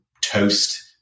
toast